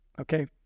okay